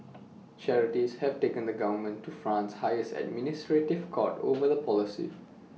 charities have taken the government to France's highest administrative court over the policy